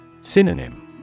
Synonym